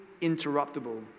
interruptible